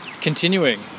continuing